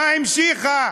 מה המשיכה,